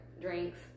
drinks